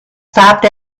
stopped